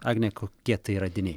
agne kokie tai radiniai